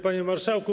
Panie Marszałku!